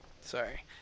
sorry